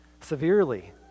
severely